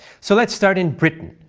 so let's start in britain,